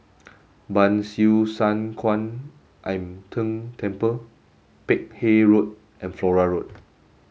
Ban Siew San Kuan Im Tng Temple Peck Hay Road and Flora Road